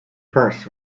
purse